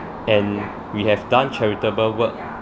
and we have done charitable work